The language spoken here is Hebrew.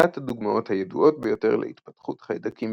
אחת הדוגמאות הידועות ביותר להתפתחות חיידקים